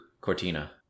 Cortina